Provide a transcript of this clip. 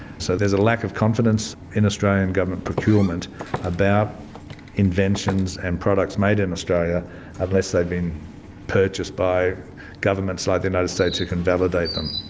so there's a lack of confidence in australian government procurement about inventions and products made in australia unless they've been purchased by governments like the united states who can validate them.